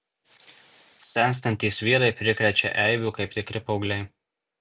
senstantys vyrai prikrečia eibių kaip tikri paaugliai